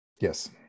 Yes